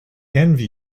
envy